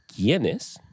quiénes